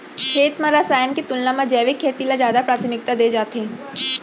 खेत मा रसायन के तुलना मा जैविक खेती ला जादा प्राथमिकता दे जाथे